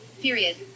Period